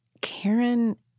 Karen